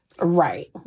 Right